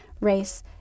race